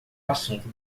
assunto